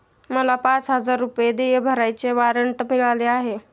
मला पाच हजार रुपये देय भरण्याचे वॉरंट मिळाले आहे